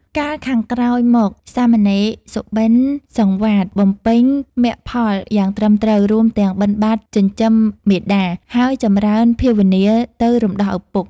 កាលខាងក្រោយមកសាមណេរសុបិនសង្វាតបំពេញមគ្គផលយ៉ាងត្រឹមត្រូវ រួមទាំងបិណ្ឌបាតចិញ្ចឹមមាតា ហើយចម្រើនភាវនាទៅរំដោះឪពុក ។